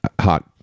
hot